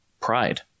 pride